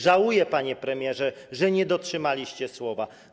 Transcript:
Żałuję, panie premierze, że nie dotrzymaliście słowa.